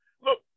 look